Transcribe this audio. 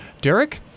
Derek